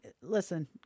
Listen